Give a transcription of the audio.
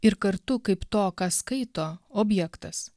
ir kartu kaip to ką skaito objektas